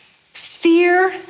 Fear